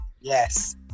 Yes